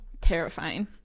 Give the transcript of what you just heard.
Terrifying